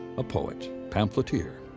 a poet, pamphleteer,